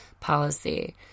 policy